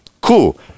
Cool